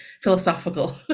philosophical